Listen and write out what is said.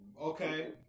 Okay